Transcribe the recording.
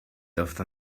after